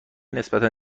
نسبتا